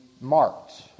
marked